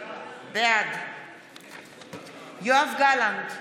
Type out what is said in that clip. בעד יואב גלנט,